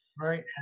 Right